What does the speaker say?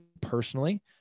personally